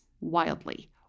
wildly